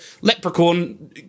leprechaun